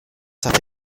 hace